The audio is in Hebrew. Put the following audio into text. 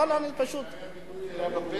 אולי המינוי היה בפתק,